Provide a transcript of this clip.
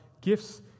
gifts